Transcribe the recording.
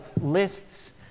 lists